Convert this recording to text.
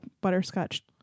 butterscotch